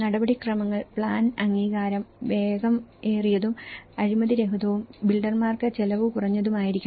നടപടിക്രമങ്ങൾ പ്ലാൻ അംഗീകാരം വേഗമേറിയതും അഴിമതിരഹിതവും ബിൽഡർക്ക് ചെലവുകുറഞ്ഞതുമായിരിക്കണം